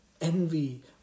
envy